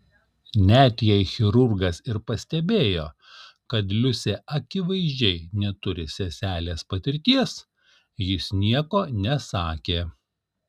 net jei chirurgas ir pastebėjo kad liusė akivaizdžiai neturi seselės patirties jis nieko nesakė